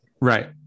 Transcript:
Right